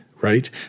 right